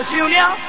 Junior